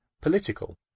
political